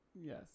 Yes